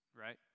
Right